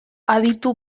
aditu